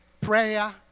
prayer